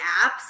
apps